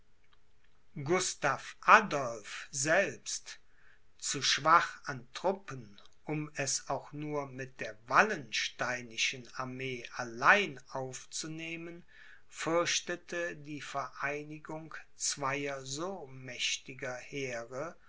gustav adolph selbst zu schwach an truppen um es auch nur mit der wallensteinischen armee allein aufzunehmen fürchtete die vereinigung zweier so mächtigen heere